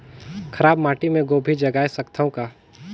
खराब माटी मे गोभी जगाय सकथव का?